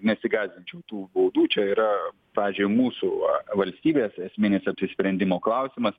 nesigąsdinčiau tų baudų čia yra pavyzdžiui mūsų valstybės esminis apsisprendimo klausimas